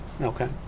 okay